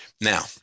Now